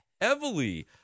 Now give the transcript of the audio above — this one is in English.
heavily